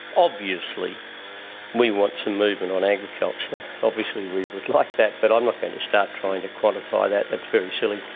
obviously we want to move in on agriculture, obviously we would like that but i'm not going to start trying to quantify that, that's very silly.